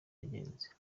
yagenze